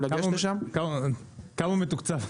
כמה מתוקצב?